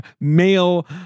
male